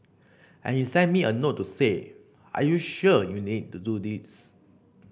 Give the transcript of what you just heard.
and he sent me a note to say are you sure you need to do this